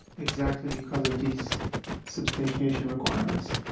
exactly because of these substantiation requirements.